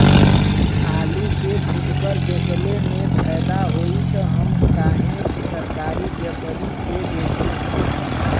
आलू के फूटकर बेंचले मे फैदा होई त हम काहे सरकारी व्यपरी के बेंचि?